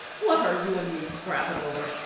what are you and me scrappin' over?